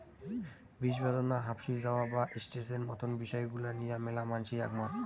বিষব্যাদনা, হাপশি যাওয়া বা স্ট্রেসের মতন বিষয় গুলা নিয়া ম্যালা মানষি একমত